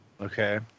Okay